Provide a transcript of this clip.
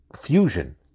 fusion